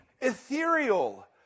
ethereal